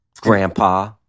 Grandpa